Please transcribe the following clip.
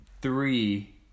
three